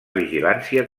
vigilància